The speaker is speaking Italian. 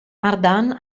ardan